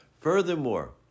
Furthermore